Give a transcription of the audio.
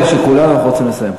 דוחק, אנחנו רוצים לסיים.